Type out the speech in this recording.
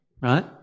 right